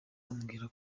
ambwira